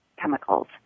chemicals